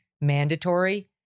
mandatory